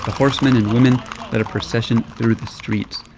horsemen and women led a procession through the streets.